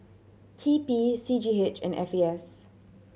T P C G H and F A S